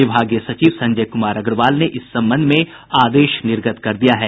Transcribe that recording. विभागीय सचिव संजय कुमार अग्रवाल ने इस संबंध में आदेश निर्गत कर दिया है